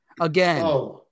Again